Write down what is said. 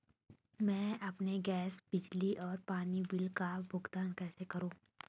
मैं अपने गैस, बिजली और पानी बिल का भुगतान कैसे करूँ?